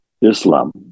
Islam